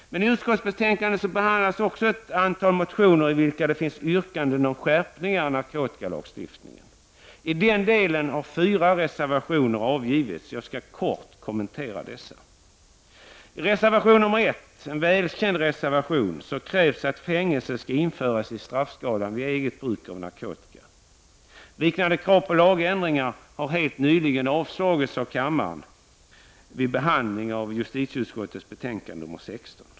I utskottsbetänkandet behandlas också ett antal motioner med yrkanden om skärpningar i narkotikalagstiftningen. I den delen har fyra reservationer avgivits, och jag skall kortfattat kommentera dem. I reservation 1-— en till sitt innehåll välkänd reservation — krävs att fängelse skall införas i straffskalan vid eget bruk av narkotika. Liknande krav på lagändringar har helt nyligen avslagits av kammaren efter behandling av justitieutskottets betänkande 16.